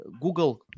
Google